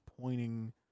pointing